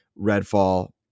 Redfall